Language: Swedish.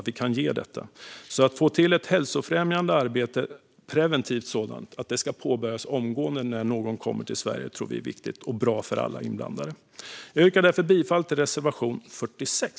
Att ett preventivt hälsofrämjande arbete påbörjas omgående när någon kommer till Sverige tror vi är viktigt och bra för alla inblandade. Jag yrkar därför bifall till reservation 46.